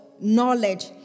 Knowledge